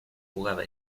jugada